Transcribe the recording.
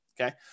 Okay